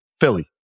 Philly